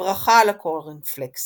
הברכה על קורנפלקס